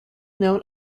known